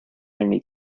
only